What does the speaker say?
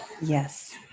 yes